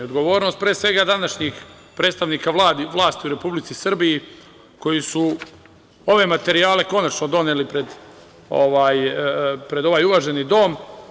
Odgovornost pre svega današnjih predstavnika vlasti u Republici Srbiji koji su ove materijale konačno doneli pred ovaj uvaženi dom.